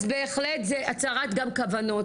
אז בהחלט זה הצהרת כוונות.